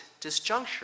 disjuncture